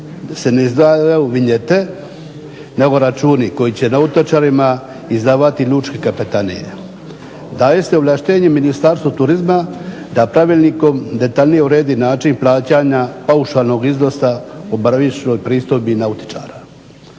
se ne izdaju vinjete nego računi koji će nautičarima izdavati lučke kapetanije. Daje se ovlaštenje Ministarstva turizma da pravilnikom detaljnije uredi način plaćanja paušalnog iznosa o boravišnoj pristojbi nautičara.